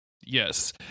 Yes